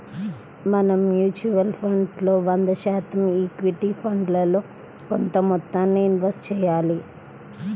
మనం mutual funds లో వంద శాతం ఈక్విటీ ఫండ్లలో కొంత మొత్తాన్నే ఇన్వెస్ట్ చెయ్యాలి